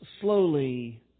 slowly